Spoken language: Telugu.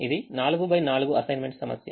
ఇది 44 అసైన్మెంట్ సమస్య